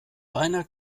reiner